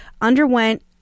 underwent